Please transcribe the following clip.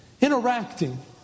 interacting